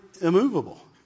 immovable